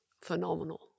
phenomenal